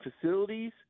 facilities